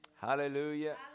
Hallelujah